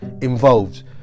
involved